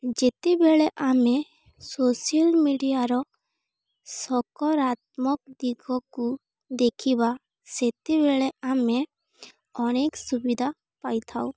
ଯେତେବେଳେ ଆମେ ସୋସିଆଲ୍ ମିଡ଼ିଆର ସକାରାତ୍ମକ ଦିଗକୁ ଦେଖିବା ସେତେବେଳେ ଆମେ ଅନେକ ସୁବିଧା ପାଇଥାଉ